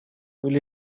will